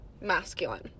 masculine